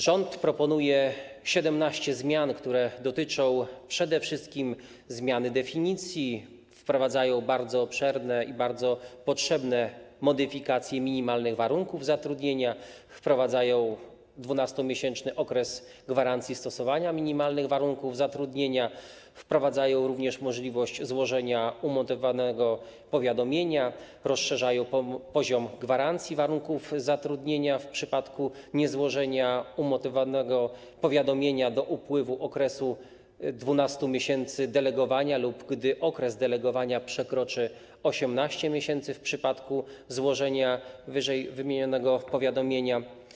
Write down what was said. Rząd proponuje 17 zmian, które dotyczą przede wszystkim modyfikacji definicji, wprowadzają bardzo obszerne i bardzo potrzebne modyfikacje minimalnych warunków zatrudnienia, wprowadzają 12-miesięczny okres gwarancji stosowania minimalnych warunków zatrudnienia, wprowadzają również możliwość złożenia umotywowanego powiadomienia, rozszerzają poziom gwarancji warunków zatrudnienia w przypadku niezłożenia umotywowanego powiadomienia do upływu okresu 12 miesięcy delegowania lub gdy okres delegowania przekroczy 18 miesięcy w przypadku złożenia ww. powiadomienia.